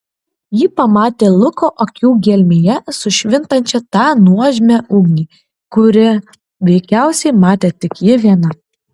ji pamatė luko akių gelmėje sušvintančią tą nuožmią ugnį kurią veikiausiai matė tik ji viena